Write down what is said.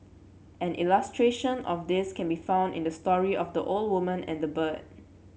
an illustration of this can be found in the story of the old woman and the bird